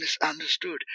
misunderstood